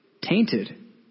tainted